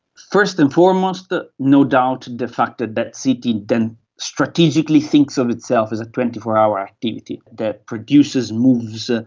first and foremost, no doubt the fact that that city then strategically thinks of itself as a twenty four hour activity, that produces, moves, ah